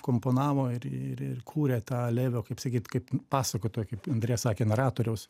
komponavo ir ir kūrė tą levio kaip sakyt kaip pasakotojo kaip andreja sakė naratoriaus